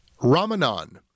Ramanan